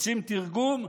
רוצים תרגום?